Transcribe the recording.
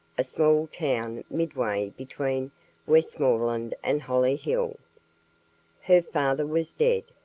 a small town midway between westmoreland and hollyhill. her father was dead,